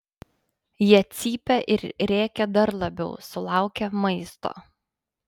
jie cypia ir rėkia dar labiau sulaukę maisto